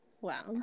Wow